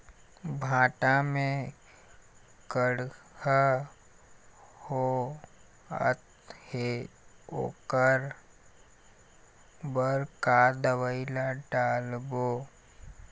भांटा मे कड़हा होअत हे ओकर बर का दवई ला डालबो?